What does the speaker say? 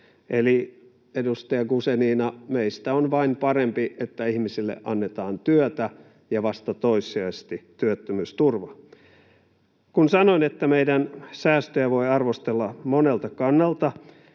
Eli, edustaja Guzenina, meistä on vain parempi, että ihmisille annetaan työtä ja vasta toissijaisesti työttömyysturvaa. Kun sanoin, että meidän säästöjä voi arvostella monelta kannalta,